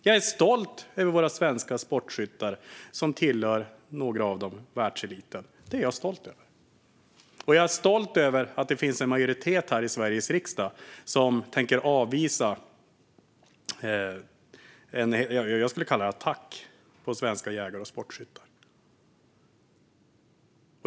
Jag är stolt över våra svenska sportskyttar, varav några tillhör världseliten. Det är jag stolt över. Jag är stolt över att det finns en majoritet här i Sveriges riksdag som tänker avvisa vad jag skulle kalla för en attack på svenska jägare och sportskyttar.